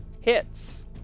hits